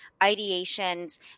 ideations